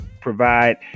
provide